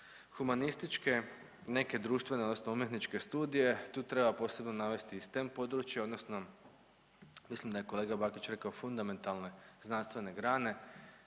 humanističke, neke društvene odnosno umjetničke studije tu treba posebno navesti i stem područje odnosno mislim da je kolega Bakić rekao fundamentalne znanstvene grane,